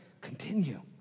Continue